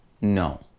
No